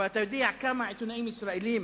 אבל אתה יודע כמה עיתונאים ישראלים